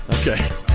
Okay